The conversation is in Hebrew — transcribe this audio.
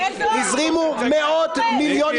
הזרימו מאות מיליונים,